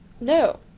no